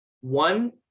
One